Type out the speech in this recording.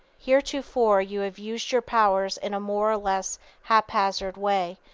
heretofore you have used your powers in a more or less haphazard way,